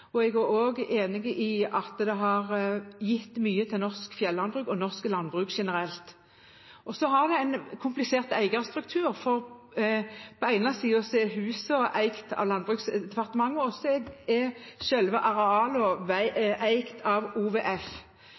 Jeg er også enig i at det har gitt mye til norsk fjellandbruk og norsk landbruk generelt. Så er det en komplisert eierstruktur. På den ene siden er husene eid av Landbruksdepartementet, mens selve arealene er